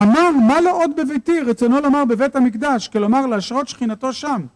אמר מה לעוד בביתי רצונו לומר בבית המקדש כלומר להשרות שכינתו שם